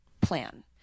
plan